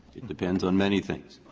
it depends on many things.